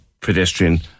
pedestrian